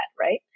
Right